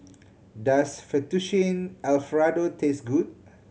does Fettuccine Alfredo taste good